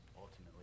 ultimately